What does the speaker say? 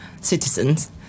citizens